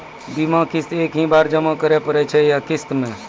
बीमा किस्त एक ही बार जमा करें पड़ै छै या किस्त मे?